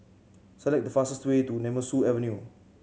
select the fastest way to Nemesu Avenue